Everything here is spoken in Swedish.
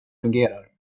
fungerar